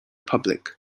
public